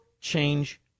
change